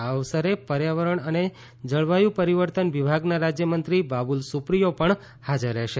આ અવસરે પર્યાવરણ અને જળવાયુ પરિવર્તન વિભાગના રાજ્યમંત્રી બાબુલ સુપ્રિથો પણ હાજર રહેશે